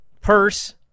purse